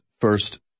first